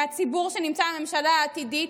מהציבור שנמצא בממשלה העתידית,